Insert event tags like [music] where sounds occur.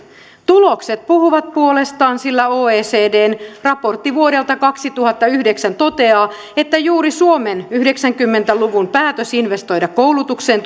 tulokset puhuvat puolestaan sillä oecdn raportti vuodelta kaksituhattayhdeksän toteaa että juuri suomen yhdeksänkymmentä luvun päätös investoida koulutukseen [unintelligible]